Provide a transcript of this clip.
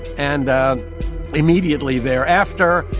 and immediately thereafter,